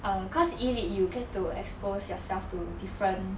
err cause E lit you get to expose yourself to different